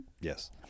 Yes